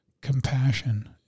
compassion